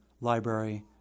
library